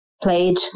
played